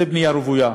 זו בנייה רוויה.